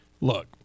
Look